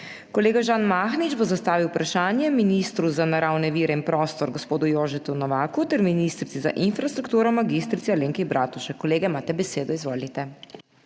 Kolega Žan Mahnič bo zastavil vprašanje ministru za naravne vire in prostor, gospodu Jožetu Novaku, ter ministrici za infrastrukturo mag. Alenki Bratušek. Kolega, izvolite,